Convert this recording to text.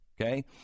Okay